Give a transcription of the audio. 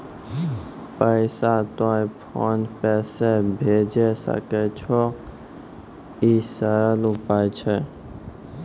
पैसा तोय फोन पे से भैजै सकै छौ? ई सरल उपाय छै?